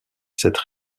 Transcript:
cette